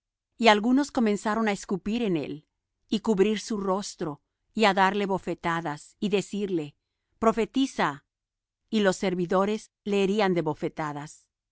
y algunos comenzaron á escupir en él y cubrir su rostro y á darle bofetadas y decirle profetiza y los servidores le herían de bofetadas